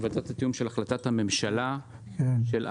ועדת התיאום של החלטת הממשלה האחרונה?